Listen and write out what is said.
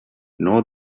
nor